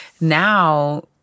now